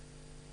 תודה.